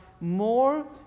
more